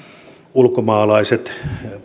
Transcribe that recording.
ulkomaalaiset